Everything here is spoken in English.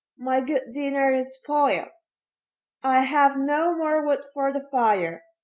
my good dinner is spoiled. i have no more wood for the fire,